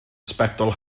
sbectol